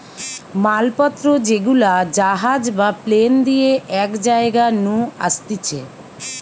মাল পত্র যেগুলা জাহাজ বা প্লেন দিয়ে এক জায়গা নু আসতিছে